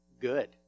good